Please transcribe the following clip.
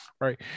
right